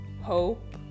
hope